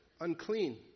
unclean